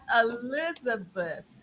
Elizabeth